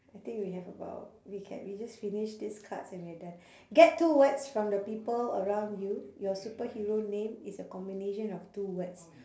I think we have about we can we just finish these cards and we're done get two words from the people around you your superhero name is a combination of two words